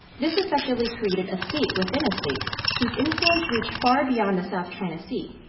this effectively created a state within a state whose influence reached far beyond the south china sea.